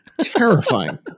Terrifying